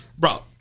Bro